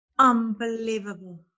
Unbelievable